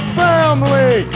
family